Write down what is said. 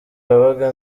wabaga